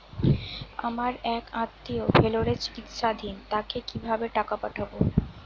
আমার এক আত্মীয় ভেলোরে চিকিৎসাধীন তাকে কি ভাবে টাকা পাঠাবো?